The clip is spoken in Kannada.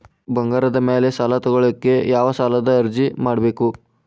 ಬಂಗಾರದ ಮ್ಯಾಲೆ ಸಾಲಾ ತಗೋಳಿಕ್ಕೆ ಯಾವ ಸಾಲದ ಅರ್ಜಿ ಹಾಕ್ಬೇಕು?